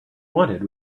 wanted